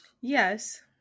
Yes